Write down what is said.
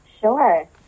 Sure